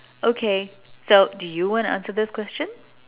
okay so do you wanna answer this question